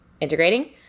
integrating